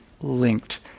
linked